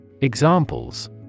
Examples